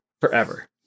forever